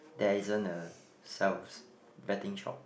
there isn't a sells betting shop